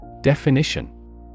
Definition